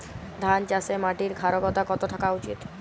ধান চাষে মাটির ক্ষারকতা কত থাকা উচিৎ?